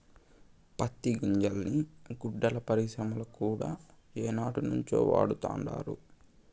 పత్తి గింజల్ని గుడ్డల పరిశ్రమల కూడా ఏనాటినుంచో వాడతండారు